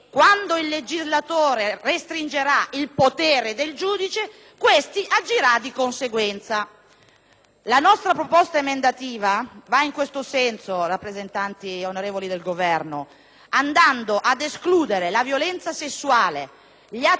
nuova formulazione, va in questo senso, onorevoli rappresentanti del Governo, mirando ad escludere la violenza sessuale, gli atti sessuali con minorenni e la violenza sessuale di gruppo dalle fattispecie di reati per i quali agli imputati